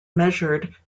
measured